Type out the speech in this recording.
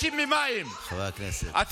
חברי הכנסת, חברי הכנסת.